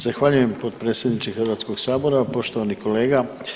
Zahvaljujem potpredsjedniče Hrvatskog sabora, poštovani kolega.